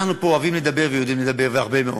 אנחנו פה אוהבים לדבר ויודעים לדבר, והרבה מאוד.